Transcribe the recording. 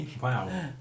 Wow